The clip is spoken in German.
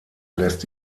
lässt